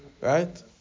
Right